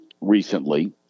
recently